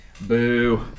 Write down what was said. Boo